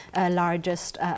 largest